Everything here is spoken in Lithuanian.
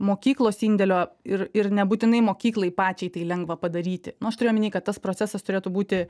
mokyklos indėlio ir ir nebūtinai mokyklai pačiai tai lengva padaryti nu aš turiu omeny kad tas procesas turėtų būti